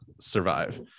survive